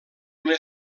una